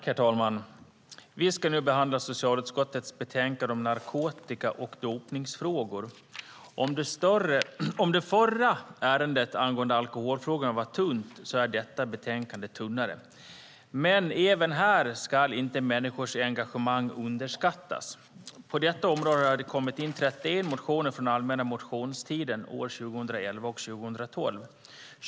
Herr talman! Vi ska nu behandla socialutskottets betänkande om narkotika och dopningsfrågor. Om det förra betänkandet angående alkoholfrågorna var tunt så är detta betänkande tunnare. Men även här ska inte människors engagemang underskattas. På detta område har det kommit in 31 motioner från allmänna motionstiden år 2011 och 2012.